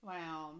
Wow